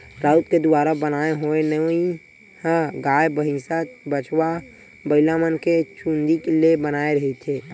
राउत के दुवारा बनाय होए नोई ह गाय, भइसा, बछवा, बइलामन के चूंदी ले बनाए रहिथे